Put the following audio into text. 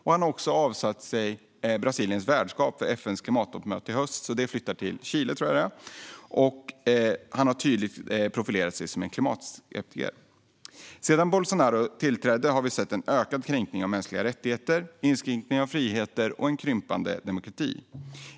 Han har avsagt sig Brasiliens värdskap för FN:s klimattoppmöte i höst - det flyttar till Chile, tror jag det var - och har tydligt profilerat sig som klimatskeptiker. Sedan Bolsonaro tillträdde har vi sett ökade kränkningar av mänskliga rättigheter, inskränkning av friheter och en krympande demokrati.